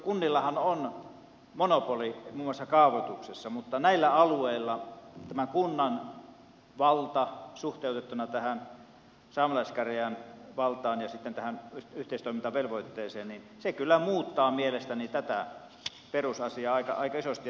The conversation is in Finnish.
kunnillahan on monopoli muun muassa kaavoituksessa mutta näillä alueilla tämä kunnan valta suhteutettuna tähän saamelaiskäräjien valtaan ja sitten tähän yhteistoimintavelvoitteeseen kyllä muuttaa mielestäni tätä perusasiaa aika isosti